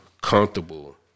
comfortable